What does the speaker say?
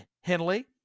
Henley